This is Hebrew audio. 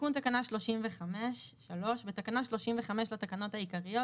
תיקון תקנה 35. 3. בתקנה 35 לתקנות העיקריות,